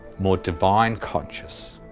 more divine-conscious,